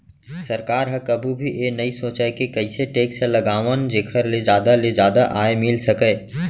सरकार ह कभू भी ए नइ सोचय के कइसे टेक्स लगावन जेखर ले जादा ले जादा आय मिल सकय